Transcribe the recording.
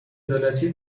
عدالتی